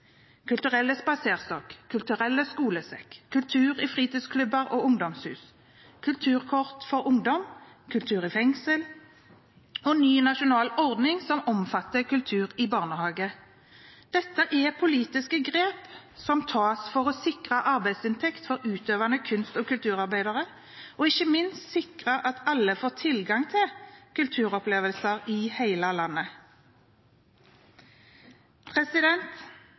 kulturelle spaserstokken, Den kulturelle skolesekken, kultur i fritidsklubber og ungdomshus, kulturkort for ungdom, kultur i fengsel og ny nasjonal ordning som omfatter kultur i barnehagen. Dette er politiske grep som tas for å sikre arbeidsinntekt for utøvende kunst- og kulturarbeidere og ikke minst sikre at alle får tilgang til kulturopplevelser i hele landet.